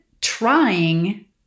trying